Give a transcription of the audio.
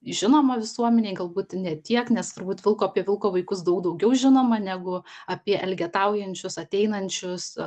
žinoma visuomenei galbūt ne tiek nes turbūt vilko apie vilko vaikus daug daugiau žinoma negu apie elgetaujančius ateinančius